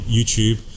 YouTube